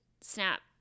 snap